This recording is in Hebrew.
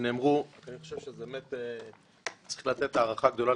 שבעזרת השם,